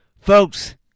Folks